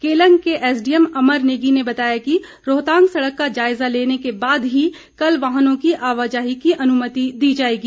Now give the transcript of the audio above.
केलंग के एसडीएम अमर नेगी ने बताया कि रोहतांग सड़क का जायजा लेने के बाद ही कल वाहनों की आवाजाही की अनुमति दी जाएगी